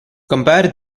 compare